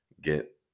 get